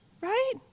right